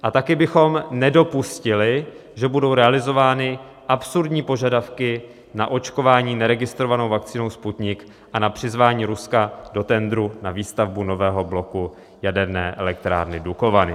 A taky bychom nedopustili, že budou realizovány absurdní požadavky na očkování neregistrovanou vakcínou Sputnik a na přizvání Ruska do tendru na výstavbu nového bloku Jaderné elektrárny Dukovany.